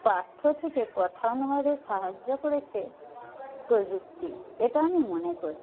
পাঠ্য থেকে কথা অনুবাদে সাহায্য করেছে প্রযুক্তি এটা আমি মনে করি